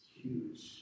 huge